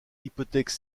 hypothèque